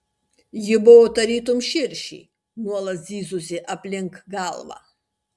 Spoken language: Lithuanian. ji buvo tarytum širšė nuolat zyzusi aplink galvą